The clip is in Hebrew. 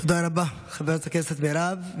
תודה רבה, חברת הכנסת מירב.